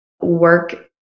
Work